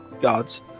Gods